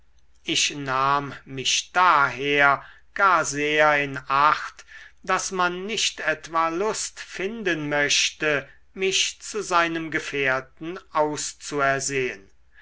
ich nahm mich daher gar sehr in acht daß man nicht etwa lust finden möchte mich zu seinem gefährten